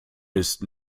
ist